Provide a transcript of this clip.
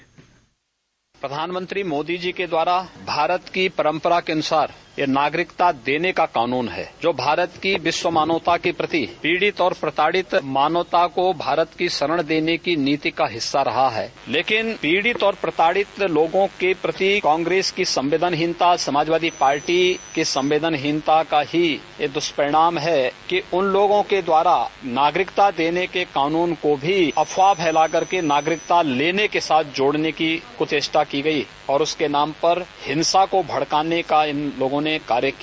bite प्रधानमंत्री मोदी जी के द्वारा भारत की परंपरा के अनुसार ये नागरिकता देने का क़ानून है जो भारत की विश्व मानवता के प्रति पीड़ित और प्राड़िता मानवता को भारत की शरण देने की नीति का हिस्सा रहा है लेकिन पीड़ित और प्रताड़ित लोगों के प्रति कांग्रेस की संवेदनहीनता समाजवादी पार्टी की संवेदनहीनता का ही यह दुष्परिणाम है कि उन लोगों के द्वारा नागरिकता देने के क़ानून को भी अफवाह फैलाकर नागरिकता लेने के साथ जोड़ने की कुचेष्टा की गयी और उसके नाम पर हिंसा को भड़काने का काम इन लोगों ने किया